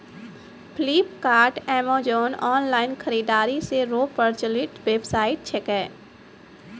Flipkart Amazon online खरीदारी रो प्रचलित वेबसाइट छिकै